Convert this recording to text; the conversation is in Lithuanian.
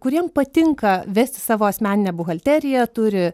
kuriem patinka vesti savo asmeninę buhalteriją turi